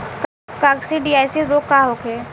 काकसिडियासित रोग का होखे?